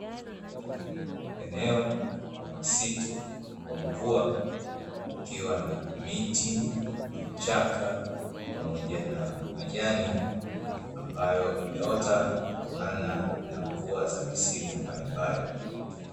Eneo la msitu wa mvua ukiwa na miti, vichaka pamoja na majani ambayo yameota kutokana na mvua za misimu mbalimbali.